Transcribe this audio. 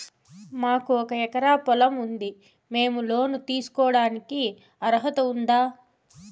మాకు ఒక ఎకరా పొలం ఉంది మేము లోను తీసుకోడానికి అర్హత ఉందా